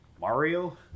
Mario